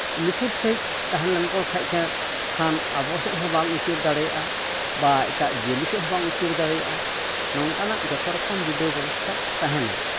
ᱱᱤᱯᱷᱩᱴ ᱥᱟᱺᱦᱤᱡ ᱛᱟᱦᱮᱸᱞᱮᱱ ᱠᱚ ᱠᱷᱟᱱ ᱜᱮ ᱠᱷᱟᱱ ᱟᱵᱚ ᱥᱮᱫ ᱦᱚᱸ ᱵᱟᱝ ᱩᱪᱟᱹᱲ ᱫᱟᱲᱮᱭᱟᱜᱼᱟ ᱵᱟ ᱮᱴᱟᱜ ᱡᱤᱭᱟᱹᱞᱤ ᱥᱮᱫ ᱦᱚᱸ ᱵᱟᱝ ᱩᱪᱟᱹᱲ ᱫᱟᱲᱮᱭᱟᱜᱼᱟ ᱱᱚᱝᱠᱟᱱᱟᱜ ᱡᱚᱛᱚ ᱨᱚᱠᱚᱢ ᱵᱤᱰᱷᱟᱹᱣ ᱵᱮᱵᱚᱥᱛᱟ ᱛᱟᱦᱮᱱᱟ